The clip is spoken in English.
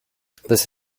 this